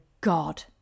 God